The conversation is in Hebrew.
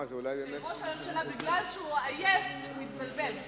שראש הממשלה, בגלל שהוא עייף הוא התבלבל.